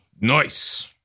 Nice